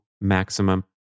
maximum